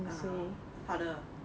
err father